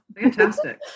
Fantastic